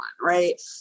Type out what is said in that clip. right